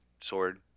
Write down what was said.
Sword